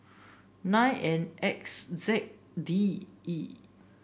nine N X Z D E